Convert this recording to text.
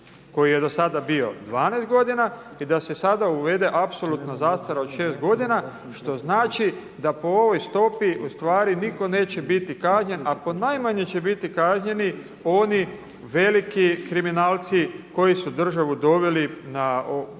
koji je do sada bio 12 godina i da se sada uvede apsolutna zastara od 6 godina što znači da po ovoj stopi ustvari nitko neće biti kažnjen a po najmanje će biti kažnjeni oni veliki kriminalci koji su državu doveli u ovu